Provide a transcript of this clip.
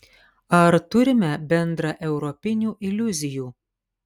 ar turime bendraeuropinių iliuzijų